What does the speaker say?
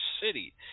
city